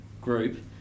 group